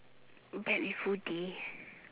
black with hoodie